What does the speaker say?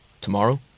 tomorrow